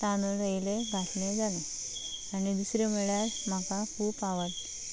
तांदूळ येलें घातलें जालें आनी दुसरें म्हळ्ळ्या म्हाका खूब आवाड